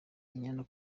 inyana